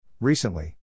recently